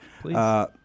Please